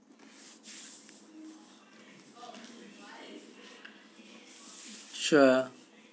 sure